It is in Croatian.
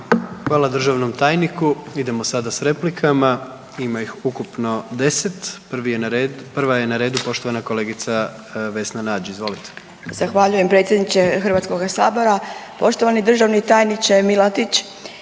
Hvala državnom tajniku. Idemo sada s replikama. Ima ih ukupno 10. Prva je na redu poštovana kolegica Vesna Nađ, izvolite. **Nađ, Vesna (SDP)** Zahvaljujem predsjedniče HS-a. Poštovani državni tajniče Milatić.